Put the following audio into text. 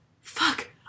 fuck